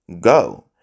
go